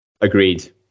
Agreed